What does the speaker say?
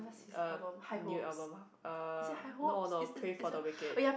uh new album uh no no Pray For the Wicked